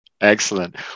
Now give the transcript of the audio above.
Excellent